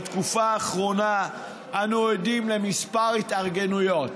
בתקופה האחרונה אנו עדים לכמה התארגנויות,